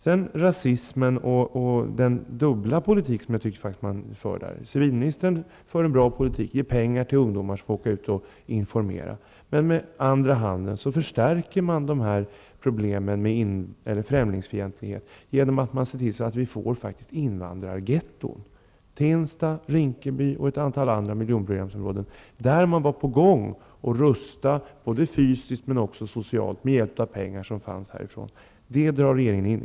Sedan till frågan om rasismen och den dubbla politik som jag tycker regeringen för. Civilministern driver en bra politik och ger pengar till ungdomar som får åka ut och informera. Men med andra handen förstärker regeringen problemen med främlingsfientlighet genom att se till att vi får invandrargetton -- Tensta, Rinkeby och ett antal andra miljonprogramsområden -- där man var på gång att rusta upp både fysiskt och också socialt med hjälp av pengar från staten. Det drar regeringen in.